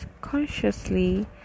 consciously